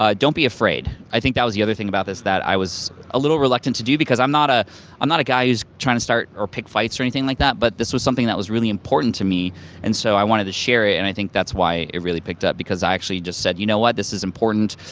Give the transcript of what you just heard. don't be afraid. i think that was the other thing about this that i was a little reluctant to do, because i'm not ah i'm not a guy who's trying to start or pick fights or anything like that, but this was something that was really important to me and so i wanted to share it and i think that's why it really picked up, because i actually just said, you know what, this is important,